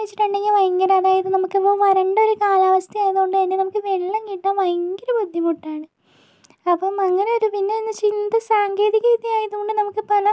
എന്ന് വച്ചിട്ടുണ്ടെങ്കിൽ ഭയങ്കര അതായത് നമുക്കിപ്പോൾ വരണ്ട ഒരു കാലാവസ്ഥയായത് കൊണ്ട് തന്നെ നമുക്ക് വെള്ളം കിട്ടാൻ ഭയങ്കര ബുദ്ധിമുട്ടാണ് അപ്പോൾ അങ്ങനെ ഒരു പിന്നെയെന്ന് വച്ചാൽ ഇങ്ങനത്തെ ഒരു സാങ്കേതിക വിദ്യ ആയതുകൊണ്ട് നമുക്ക് പല